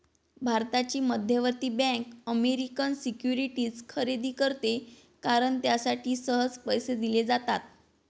भारताची मध्यवर्ती bank American securities खरेदी करते कारण त्यासाठी सहज पैसे दिले जातात